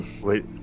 wait